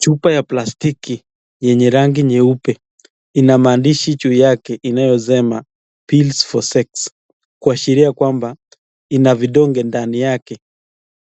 Chupa ya plastiki yenye rangi nyeupe. Ina maandishi juu yake inayosema Pills for sex , kuashiria kwamba ina vidonge ndani yake,